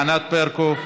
ענת ברקו.